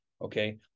Okay